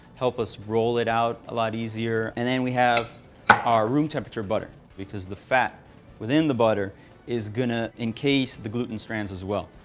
help us roll it out a lot easier. and then we have our room-temperature butter, because the fat within the butter is gonna encase the gluten strands, as well.